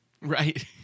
Right